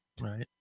Right